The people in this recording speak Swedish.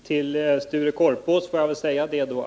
Fru talman!